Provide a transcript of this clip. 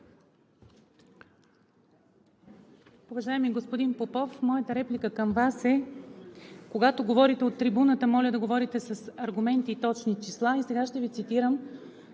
Уважаеми господин Попов, моята реплика към Вас е: когато говорите от трибуната, моля да говорите с аргументи и точни числа. Ще Ви цитирам